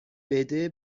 بده